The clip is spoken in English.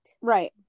Right